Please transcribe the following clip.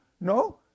No